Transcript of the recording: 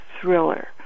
thriller